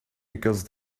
because